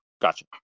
gotcha